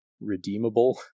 redeemable